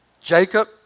Jacob